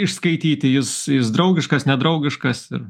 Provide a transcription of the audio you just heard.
išskaityti jis jis draugiškas nedraugiškas ir